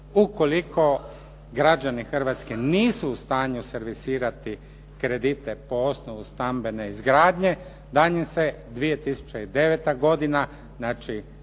ukoliko građani Hrvatske nisu u stanju servisirati kredite po osnovu stambene izgradnje da im se 2009. godina, znači